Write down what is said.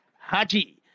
Haji